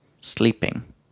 sleeping